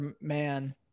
man